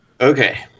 Okay